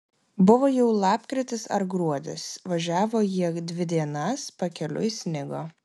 buvo jau lapkritis ar gruodis važiavo jie dvi dienas pakeliui snigo